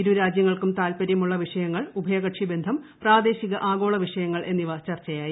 ഇരു രാജ്യങ്ങൾക്കും താൽപ്പര്യമുള്ള വിഷയങ്ങൾ ഉഭയകക്ഷി ബന്ധം പ്രാദേശിക ആഗോള വിഷയങ്ങൾ എന്നിവ ചർച്ചയായി